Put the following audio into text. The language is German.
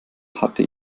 hatte